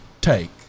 take